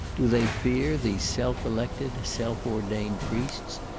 do they fear these self-elected, self-ordained priests,